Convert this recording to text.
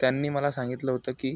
त्यांनी मला सांगितलं होतं की